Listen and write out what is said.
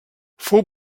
fou